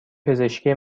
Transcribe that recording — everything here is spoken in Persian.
پزشکی